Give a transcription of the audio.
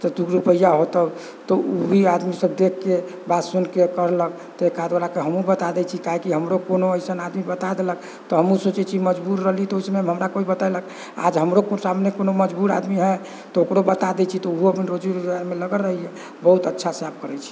तऽ दू रुपैआ हौतो तऽ ओ भी आदमी सभ देखके बात सुनके करलक तऽ एक आध गोटाके हमहुँ बता दै छी काहे हमरो कोनो एसन आदमी बता देलक तऽ हमहुँ सोचै छी मजबूर रहलीह तऽ ओहि समयमे हमरा कोइ बतेलक आज हमरो सामने कोनो मजबूर आदमी है तऽ ओकरो बता दै छी तऽ ऊहो अपन रोजीमे लगल रहैया बहुत अच्छा से आब करै छी